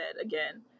again